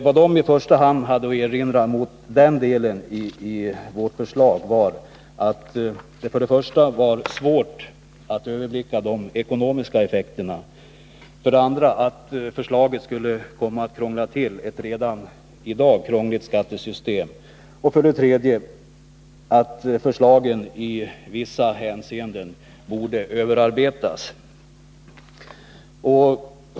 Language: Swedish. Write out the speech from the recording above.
Vad de hade att säga om den delen i vårt förslag var för det första att det var svårt att överblicka de ekonomiska effekterna, för det andra att förslaget skulle komma att krångla till ett redan krångligt skattesystem och för det tredje att förslaget i vissa hänseenden borde överarbetas.